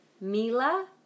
Mila